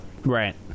Right